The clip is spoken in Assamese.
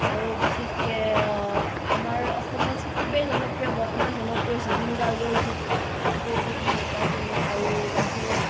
আৰু বিশেষকৈ আমাৰ অসমত খুবেই জনপ্ৰিয় বৰ্তমান জনপ্ৰিয় জুবিন গাৰ্গৰ গীত তেখেতৰ গীত ভাল পাওঁ শুনি আৰু বাকী